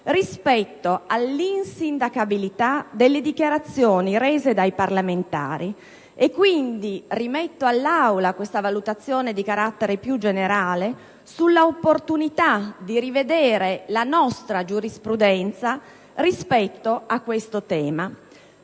rispetto all'insindacabilità delle dichiarazioni rese dai parlamentari. Quindi, rimetto all'Aula questa valutazione di carattere più generale sull'opportunità di rivedere la nostra giurisprudenza rispetto a questo tema,